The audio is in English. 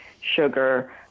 sugar